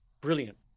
brilliant